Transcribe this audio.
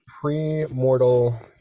pre-mortal